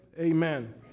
amen